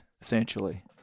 essentially